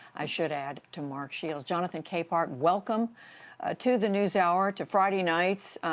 i should add, to mark shields. jonathan capehart, welcome to the newshour, to friday nights.